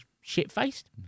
shit-faced